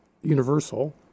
universal